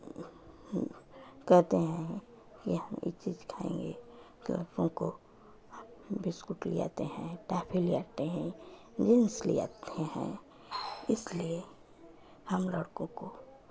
कहते हैं कि हम इ चीज़ खाएंगे तो लड़कन को बिस्कुट लि आते हैं टॉफी लि आते हैं जीन्स लि आते हैं इसलिए हम लड़कों को